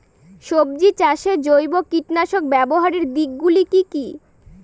সবজি চাষে জৈব কীটনাশক ব্যাবহারের দিক গুলি কি কী?